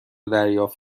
دریافت